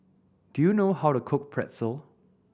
do you know how to cook Pretzel